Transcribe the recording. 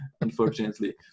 unfortunately